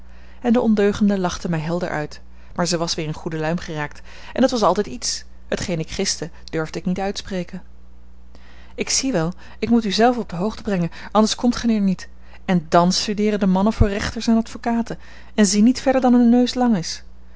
en de ondeugende lachte mij helder uit maar zij was weer in goede luim geraakt en dat was altijd iets hetgeen ik giste durfde ik niet uitspreken ik zie wel ik moet u zelve op de hoogte brengen anders komt gij er niet en dàn studeeren de mannen voor rechters en advocaten en zien niet verder dan hun neus lang is